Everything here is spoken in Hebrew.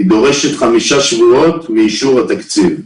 דורשת 5 שבועות מאישור התקציב.